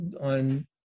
on